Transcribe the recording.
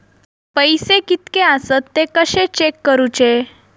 पैसे कीतके आसत ते कशे चेक करूचे?